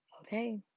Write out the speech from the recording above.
Okay